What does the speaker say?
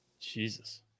Jesus